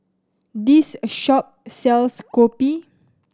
this shop sells kopi